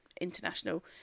International